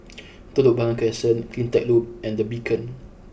Telok Blangah Crescent Cleantech Loop and The Beacon